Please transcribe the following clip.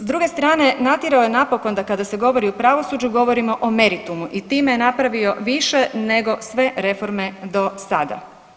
S druge strane, natjerao je napokon da kada se govori o pravosuđu, govorimo o meritumu i time je napravio više nego sve reforme do sada.